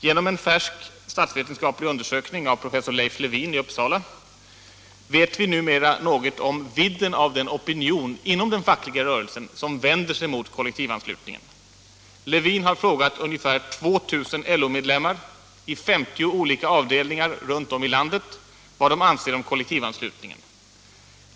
Genom en färsk statsvetenskaplig undersökning av professor Leif Lewin i Uppsala vet vi numera något om vidden av den opinion inom den fackliga rörelsen som vänder sig mot kollektivanslutningen. Lewin har frågat ungefär 2000 LO-medlemmar i 50 olika avdelningar runt om i landet vad de anser om kollektivanslutningen.